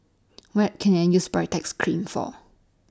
What Can I use Baritex Cream For